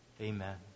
Amen